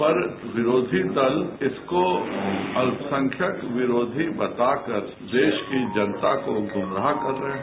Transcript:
सब विरोधी दल इसको अल्पसंख्यक विरोधी बताकर देश की जनता को गुमराह कर रही है